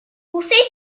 ocell